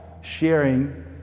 sharing